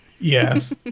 Yes